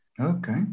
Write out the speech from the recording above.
Okay